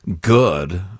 good